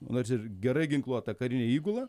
nors ir gerai ginkluota karinė įgula